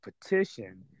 petition